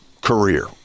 career